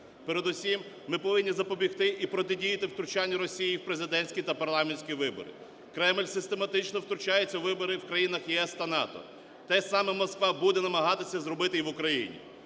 Передусім ми повинні запобігти і протидіяти втручанню Росії в президентські та парламентські вибори. Кремль систематично втручається у вибори в країнах ЄС та НАТО. Те саме Москва буде намагатися зробити і в Україні.